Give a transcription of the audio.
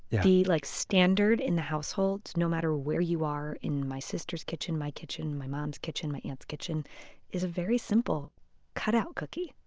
the like standard in the household, no matter where you are in my sister's kitchen, my kitchen, my mom's kitchen, my aunt's kitchen is a very simple cut-out cookie,